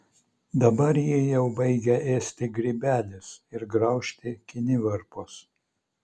dabar jį jau baigia ėsti grybelis ir graužti kinivarpos